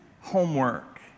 homework